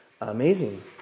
amazing